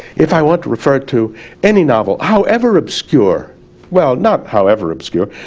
if i want to refer to any novel however obscure well, not however obscure,